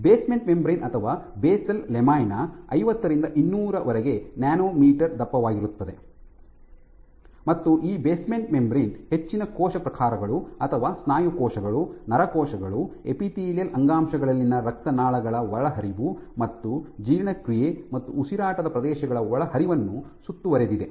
basement membrane ಅಥವಾ basal lamina ಐವತ್ತರಿಂದ ಇನ್ನೂರುವರೆಗೆ ನ್ಯಾನೊಮೀಟರ್ ದಪ್ಪವಾಗಿರುತ್ತದೆ ಮತ್ತು ಈ ಬೇಸ್ಮೆಂಟ್ ಮೆಂಬರೇನ್ ಹೆಚ್ಚಿನ ಕೋಶ ಪ್ರಕಾರಗಳು ಅಥವಾ ಸ್ನಾಯು ಕೋಶಗಳು ನರ ಕೋಶಗಳು ಎಪಿತೀಲಿಯಲ್ ಅಂಗಾಂಶಗಳಲ್ಲಿನ ರಕ್ತನಾಳಗಳ ಒಳಹರಿವು ಮತ್ತು ಜೀರ್ಣಕ್ರಿಯೆ ಮತ್ತು ಉಸಿರಾಟದ ಪ್ರದೇಶಗಳ ಒಳಹರಿವನ್ನು ಸುತ್ತುವರೆದಿದೆ